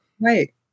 Right